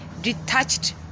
detached